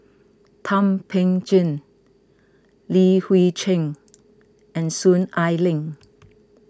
Thum Ping Tjin Li Hui Cheng and Soon Ai Ling